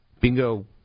bingo